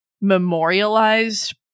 memorialized